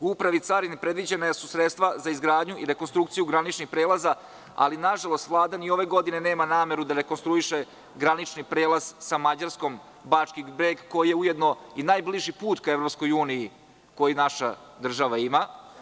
U Upravi carine su predviđena sredstva za izgradnju i rekonstrukciju graničnih prelaza, ali nažalost Vlada ni ove godine nema nameru da rekonstruiše granični prelaz sa Mađarskom, Bački Breg koji je ujedno najbliži put ka EU koji naša država ima.